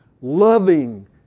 loving